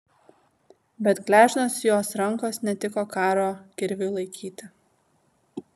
bet gležnos jos rankos netiko karo kirviui laikyti